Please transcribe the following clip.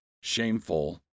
shameful